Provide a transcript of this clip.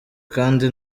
kandi